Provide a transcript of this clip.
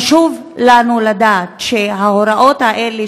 חשוב לנו לדעת שההוראות האלה,